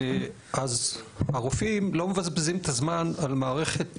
אז הרופאים לא מבזבזים את הזמן על מערכת